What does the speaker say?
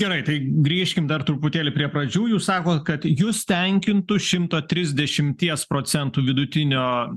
gerai tai grįžkim dar truputėlį prie pradžių jūs sakot kad jus tenkintų šimto trisdešimties procentų vidutinio